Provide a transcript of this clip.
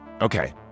okay